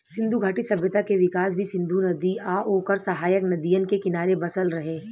सिंधु घाटी सभ्यता के विकास भी सिंधु नदी आ ओकर सहायक नदियन के किनारे बसल रहे